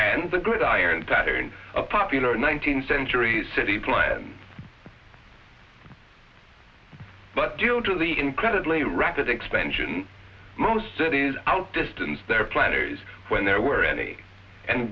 and the gridiron pattern a popular nineteenth century city plan but due to the incredibly rapid expansion most cities outdistance their planners when there were any and